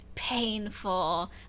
painful